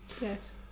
Yes